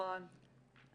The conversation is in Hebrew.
מקובל.